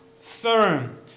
firm